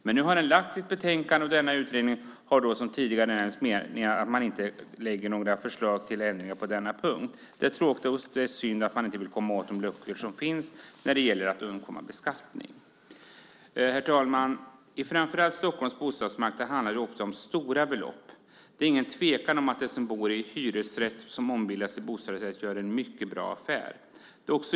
Men nu har utredningen lagt fram sitt betänkande, och utredningen har inte lagt fram några förslag till ändringar på denna punkt. Det är tråkigt och synd att man inte vill komma åt de luckor som finns när det gäller att undkomma beskattning. Herr talman! På framför allt Stockholms bostadsmarknad handlar det också om stora belopp. Det råder inget tvivel om att de som bor i hyresrätt som ombildas till bostadsrätt gör en mycket bra affär.